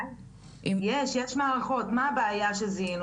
הבעיה שזיהינו